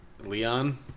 Leon